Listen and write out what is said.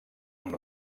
amb